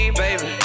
baby